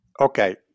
Okay